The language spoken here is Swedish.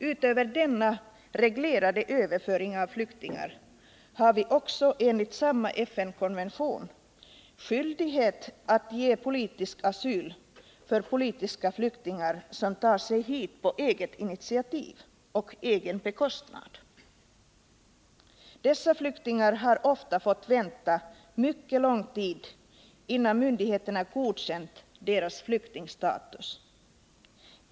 Utöver denna reglerade överföring av flyktingar har vi enligt samma FN-konvention skyldighet att ge politisk asyl till politiska flyktingar som tar sig hit på eget initiativ och egen bekostnad. Dessa flyktingar har ofta fått vänta mycket lång tid innan myndigheterna godkänt deras flyktingstatus.